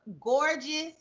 gorgeous